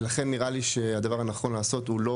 ולכן נראה לי שהדברה הנכון לעשות הוא לא